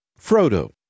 Frodo